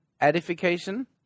edification